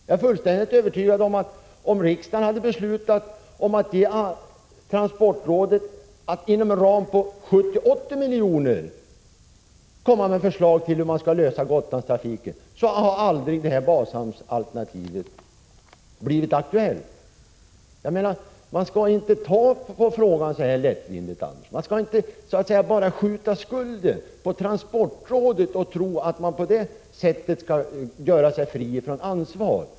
Jag är fullständigt övertygad om att om riksdagen hade beslutat att ge transportrådet i uppdrag att inom en kostnadsram på 70-80 milj.kr. utarbeta förslag på hur man skall lösa problemet med Gotlandstrafiken hade detta bashamnsalternativ aldrig blivit aktuellt. Man skall inte ta så lättvindigt på den här frågan som Gösta Andersson gör. Man skall inte bara så att säga skjuta skulden på transportrådet och tro att man på det sättet kan göra sig fri från ansvar.